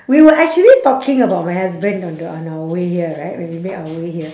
we were actually talking about my husband on the on our way here right when we made our way here